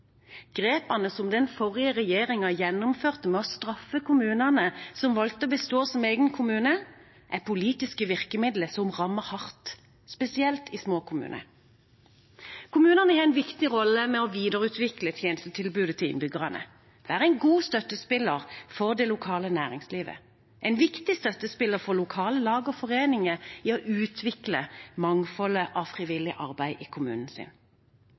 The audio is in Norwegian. Grepene som den forrige regjeringen gjennomførte med å straffe kommunene som valgte å bestå som egen kommune, er politiske virkemidler som rammer hardt, spesielt i små kommuner. Kommunene har en viktig rolle med å videreutvikle tjenestetilbudet til innbyggerne. De er en god støttespiller for det lokale næringslivet, en viktig støttespiller for lokale lag og foreninger i å utvikle mangfoldet av frivillig arbeid i kommunen sin,